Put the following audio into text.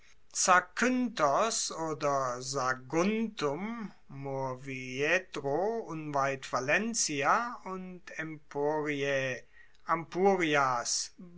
zakynthos oder saguntum murviedro unweit valencia und emporiae ampurias